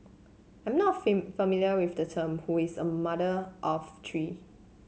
I'm not familiar with the term who is a mother of three